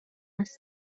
است